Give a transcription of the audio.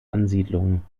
ansiedlungen